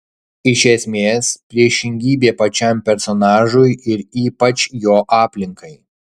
iš esmės priešingybė pačiam personažui ir ypač jo aplinkai